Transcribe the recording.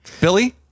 Billy